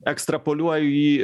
ekstrapoliuoju į